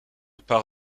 part